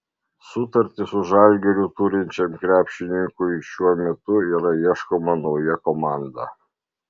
sutartį su žalgiriu turinčiam krepšininkui šiuo metu yra ieškoma nauja komanda